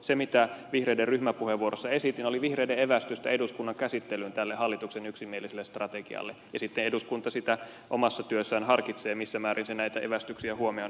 se mitä vihreiden ryhmäpuheenvuorossa esitin oli vihreiden evästystä eduskunnan käsittelyyn tälle hallituksen yksimieliselle strategialle ja sitten eduskunta sitä omassa työssään harkitsee missä määrin se näitä evästyksiä huomioon ottaa